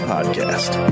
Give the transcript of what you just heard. Podcast